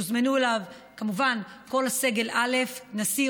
ויוזמנו אליו כמובן כל סגל א' הנשיא,